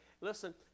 Listen